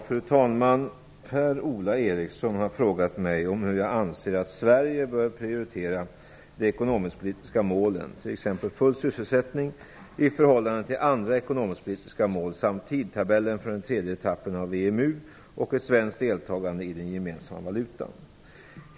Fru talman! Per-Ola Eriksson har frågat mig om hur jag anser att Sverige bör prioritera de ekonomiskpolitiska målen, t.ex. full sysselsättning, i förhållande till andra ekonomisk-politiska mål samt tidtabellen för den tredje etappen av EMU och ett svenskt deltagande i den gemensamma valutan.